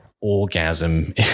orgasm